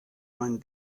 mein